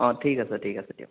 অ' ঠিক আছে ঠিক আছে দিয়ক